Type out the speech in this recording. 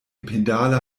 pedale